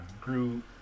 grew